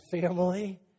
family